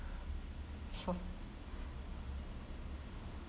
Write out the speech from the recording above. for